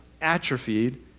atrophied